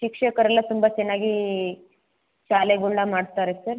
ಶಿಕ್ಷಕರೆಲ್ಲ ತುಂಬ ಚೆನ್ನಾಗಿ ಶಾಲೆಗಳನ್ನ ಮಾಡ್ತಾರಾ ಸರ್